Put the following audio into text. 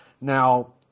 Now